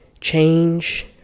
change